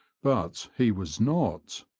but he was not.